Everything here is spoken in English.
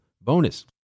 bonus